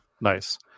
Nice